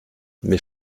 mes